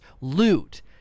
Loot